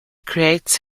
creates